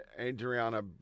Adriana